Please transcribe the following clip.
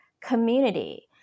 community